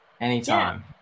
Anytime